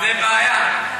זו בעיה.